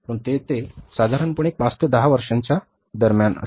परंतु येथे वेळ साधारणपणे पाच ते दहा वर्षांच्या दरम्यान असते